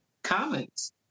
Comments